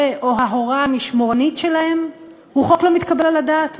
או ההורה המשמורנית שלהם הוא חוק לא מתקבל על הדעת,